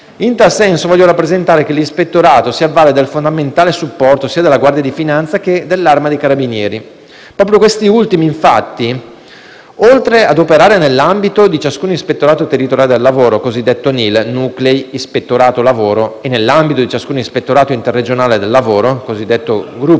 In tal senso voglio rappresentare che l'Ispettorato si avvale del fondamentale supporto sia della Guardia di finanza che dell'Arma dei carabinieri. Proprio questi ultimi, infatti, oltre ad operare nell'ambito di ciascun Ispettorato territoriale del lavoro, cosiddetto Nuclei ispettorato lavoro (NIL), e nell'ambito di ciascun Ispettorato interregionale del lavoro, cosiddetti Gruppi